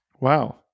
Wow